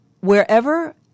wherever